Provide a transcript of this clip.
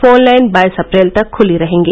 phone line बाईस अप्रैल तक खुली रहेगी